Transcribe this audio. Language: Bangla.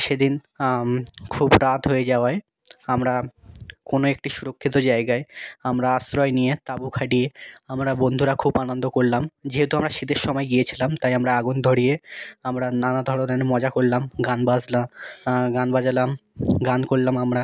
সেদিন খুব রাত হয়ে যাওয়ায় আমরা কোনও একটি সুরক্ষিত জায়গায় আমরা আশ্রয় নিয়ে তাঁবু খাটিয়ে আমরা বন্ধুরা খুব আনন্দ করলাম যেহেতু আমরা শীতের সময় গিয়েছিলাম তাই আমরা আগুন ধরিয়ে আমরা নানা ধরনের মজা করলাম গান বাজনা গান বাজালাম গান করলাম আমরা